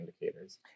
indicators